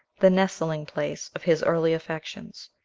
the nestling-place of his early affections.